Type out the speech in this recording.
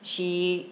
she